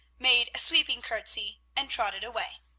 made a sweeping courtesy, and trotted away.